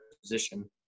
position